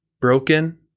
broken